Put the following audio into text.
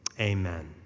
amen